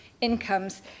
incomes